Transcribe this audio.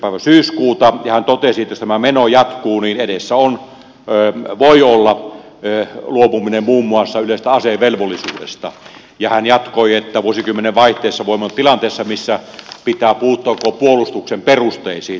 päivä syyskuuta ja hän totesi että jos tämä meno jatkuu niin edessä voi olla luopuminen muun muassa yleisestä asevelvollisuudesta ja hän jatkoi että vuosikymmenen vaihteessa voimme olla tilanteessa missä pitää puuttua koko puolustuksen perusteisiin